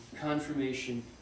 confirmation